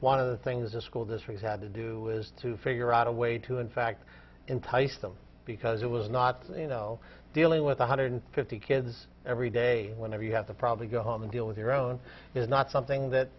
one of the things the school district had to do was to figure out a way to in fact entice them because it was not you know dealing with one hundred fifty kids every day whenever you have to probably go home and deal with your own is not something that